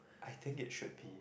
I think it should be